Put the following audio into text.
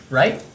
right